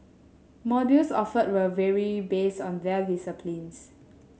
modules offered will vary based on their disciplines